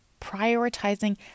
prioritizing